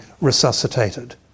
resuscitated